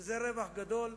שזה רווח גדול,